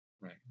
right